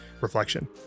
reflection